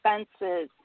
expenses